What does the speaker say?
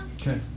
Okay